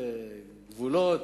גבולות,